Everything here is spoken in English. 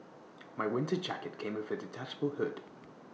my winter jacket came with A detachable hood